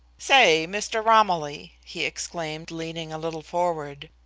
say, mr. romilly, he exclaimed, leaning a little forward,